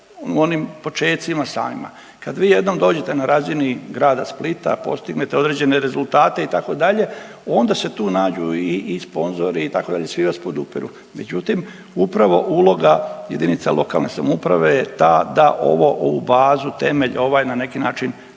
onim počecima samima. Kad vi jednom dođete na razini Grada Splita postignete određene rezultate itd. onda se tu nađu i sponzori itd. svi vas podupiru. Međutim, upravo uloga jedinica lokalne samouprave je ta da ovu bazu, temelj ovaj na neki način